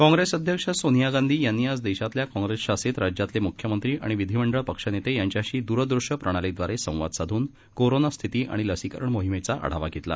काँप्रेस अध्यक्ष सोनिया गांधी यांनी आज देशातल्या काँप्रेसशासित राज्यातले मुख्यमंत्री आणि विधिमंडळ पक्षनेते यांच्याशी दूरदृश्य प्रणालीद्वारे संवाद साधून कोरोना स्थिती आणि लसीकरण मोहिमेचा आढावा घेतला